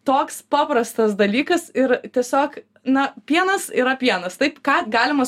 toks paprastas dalykas ir tiesiog na pienas yra pienas taip ką galima